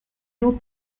nur